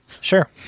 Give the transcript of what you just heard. sure